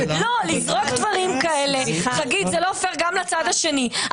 לזרוק דברים כאלה, חגית, זה לא פייר גם לצד השני.